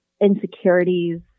insecurities